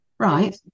Right